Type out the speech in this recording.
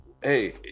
Hey